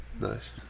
Nice